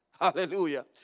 Hallelujah